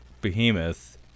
behemoth